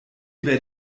werd